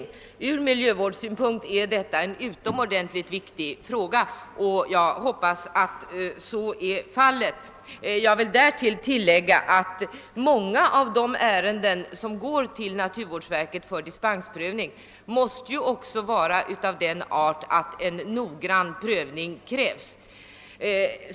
Jag hoppas att så är fallet, ty från miljövårdssynpunkt är detta en utomordentligt viktig fråga. Dessutom vill jag tillägga att många av de ärenden som går till naturvårdsverket för dispensgivning också måste anses vara av det slag att det krävs en noggrann prövning.